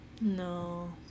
No